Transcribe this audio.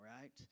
right